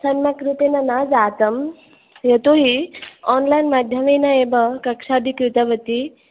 सम्यक् रूपेण न जातं यतोहि आन्लैन् माध्यमेन एव कक्षादि कृतवती